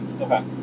Okay